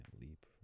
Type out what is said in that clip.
leap